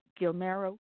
Gilmero